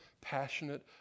passionate